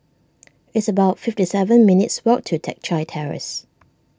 it's about fifty seven minutes' walk to Teck Chye Terrace